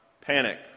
panic